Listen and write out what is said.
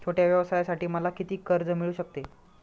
छोट्या व्यवसायासाठी मला किती कर्ज मिळू शकते?